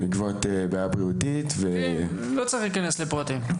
בעקבות בעיה בריאותית -- לא צריך להיכנס לפרטים.